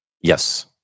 Yes